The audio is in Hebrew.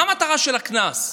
מה המטרה של הקנס?